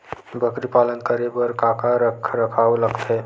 बकरी पालन करे बर काका रख रखाव लगथे?